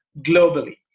globally